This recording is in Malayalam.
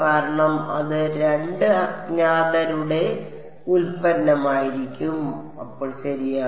കാരണം അത് 2 അജ്ഞാതരുടെ ഉൽപ്പന്നമായിരിക്കും അപ്പോൾ ശരിയാണ്